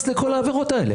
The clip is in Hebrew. לכל העבירות האלה.